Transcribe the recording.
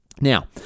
Now